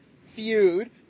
feud